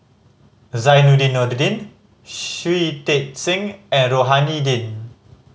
Zainudin Nordin Shui Tit Sing and Rohani Din